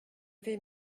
vais